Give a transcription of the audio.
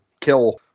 kill